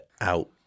out